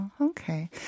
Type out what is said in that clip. Okay